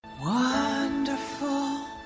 Wonderful